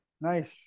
Nice